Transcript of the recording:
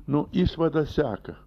nu išvada seka